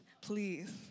Please